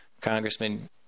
Congressman